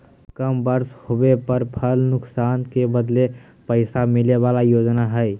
कम बर्षा होबे पर फसल नुकसान के बदले पैसा मिले बला योजना हइ